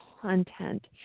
content